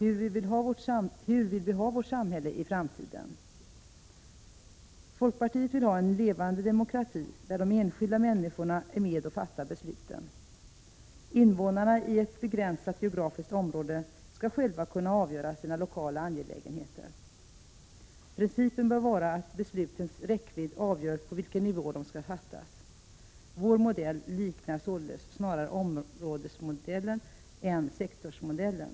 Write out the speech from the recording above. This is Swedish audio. Hur vill vi ha vårt samhälle i framtiden? Folkpartiet vill ha en levande demokrati, där de enskilda människorna är med och fattar besluten. Invånarna i ett begränsat geografiskt område skall själva kunna avgöra sina lokala angelägenheter. Principen bör vara att beslutens räckvidd avgör på vilken nivå de skall fattas. Vår modell liknar således snarare områdesmodellen än sektorsmodellen.